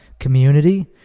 community